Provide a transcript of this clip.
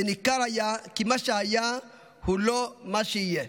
וניכר כי מה שהיה הוא לא מה שיהיה,